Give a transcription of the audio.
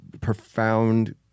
profound